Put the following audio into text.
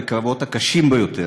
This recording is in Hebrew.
בקרבות הקשים ביותר.